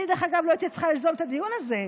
דרך אגב, אני לא הייתי צריכה ליזום את הדיון הזה.